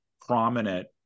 prominent